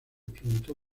preguntó